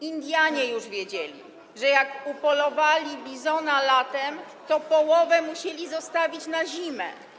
Indianie już wiedzieli, że jak upolowali bizona latem, to połowę musieli zostawić na zimę.